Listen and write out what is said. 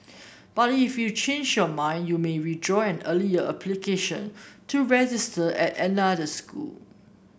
but if you change your mind you may withdraw an earlier application to register at another school